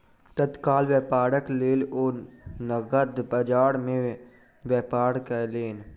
तत्काल व्यापारक लेल ओ नकद बजार में व्यापार कयलैन